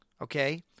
Okay